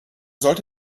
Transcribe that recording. sollte